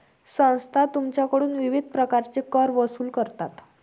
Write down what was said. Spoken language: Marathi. संस्था तुमच्याकडून विविध प्रकारचे कर वसूल करतात